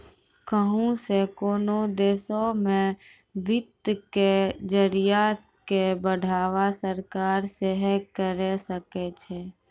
कहुं से कोनो देशो मे वित्त के जरिया के बढ़ावा सरकार सेहे करे सकै छै